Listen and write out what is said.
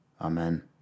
Amen